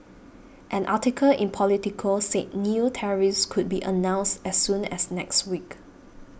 an article in Politico said new tariffs could be announced as soon as next week